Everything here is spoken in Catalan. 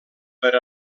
per